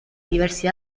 diversi